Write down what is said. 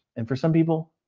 and for some people,